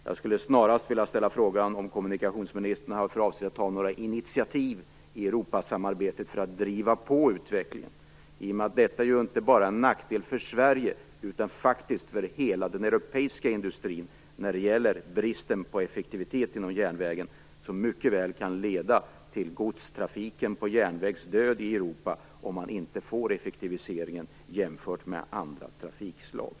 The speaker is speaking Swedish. Jag skulle snarast vilja ställa frågan om kommunikationsministern har för avsikt att ta några initiativ i Europasamarbetet för att driva på utvecklingen, i och med att bristen på effektivitet inom järnvägen är en nackdel inte bara för Sverige utan också för hela den europeiska industrin, och som mycket väl kan leda till godstrafikens död på järnväg i Europa, om järnvägen inte får effektiviseringar jämfört med andra trafikslag.